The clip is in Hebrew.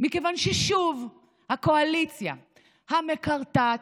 מכיוון ששוב הקואליציה המקרטעת,